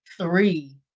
three